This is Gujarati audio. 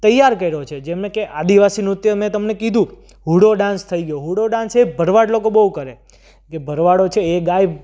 તૈયાર કર્યો છે જેમ કે આદિવાસી નૃત્ય મેં તમને કીધું હુડો ડાન્સ થઈ ગયો હુડો ડાન્સ એ ભરવાડ લોકો બહુ કરે કે ભરવાડો છે એ ગાય